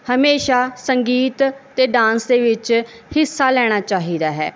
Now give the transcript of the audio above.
ਹਮੇਸ਼ਾ ਸੰਗੀਤ ਅਤੇ ਡਾਂਸ ਦੇ ਵਿੱਚ ਹਿੱਸਾ ਲੈਣਾ ਚਾਹੀਦਾ ਹੈ